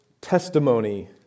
testimony